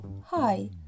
Hi